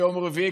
יום רביעי,